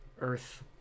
earth